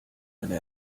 eine